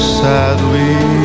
sadly